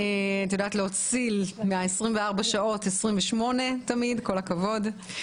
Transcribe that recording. את יודעת להציל מ-24 שעות, 28. כל הכבוד.